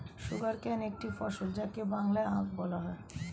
sugarcane একটি ফসল যাকে বাংলায় আখ বলা হয়